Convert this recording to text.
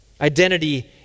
Identity